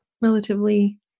relatively